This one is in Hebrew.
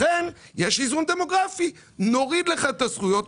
לכן יש איזון דמוגרפי, נוריד לך את הזכויות.